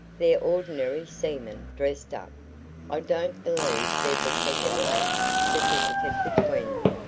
they're ordinary seamen dressed up i don't believe they've a second mate's certificate between them,